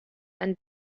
and